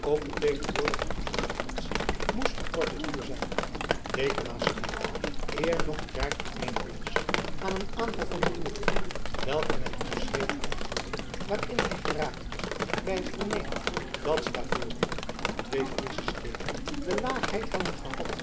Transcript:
ook de tegenwoordige toestand van madzy moest van korten duur zijn dekama stierf eer nog het jaar ten einde was aan een aanval van beroerte welke men toeschreef aan de woede waarin hij geraakt was bij het vernemen dat stavoren en nog twee friesche steden de laagheid hadden gehad